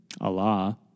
Allah